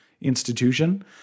institution